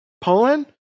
Poland